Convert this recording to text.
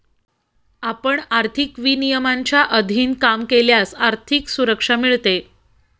आपण आर्थिक विनियमांच्या अधीन काम केल्यास आर्थिक सुरक्षा मिळते